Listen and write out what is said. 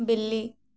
बिल्ली